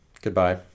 Goodbye